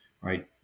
right